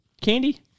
candy